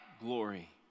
glory